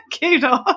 kudos